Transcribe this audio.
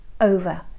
over